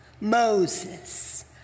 Moses